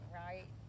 right